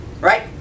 Right